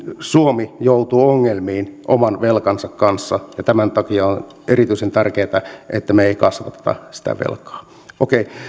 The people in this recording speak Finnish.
suomi joutuu ongelmiin oman velkansa kanssa tämän takia on erityisen tärkeätä että me emme kasvata sitä velkaa okei